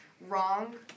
wrong